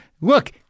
look